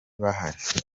bahari